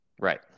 right